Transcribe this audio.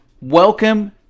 Welcome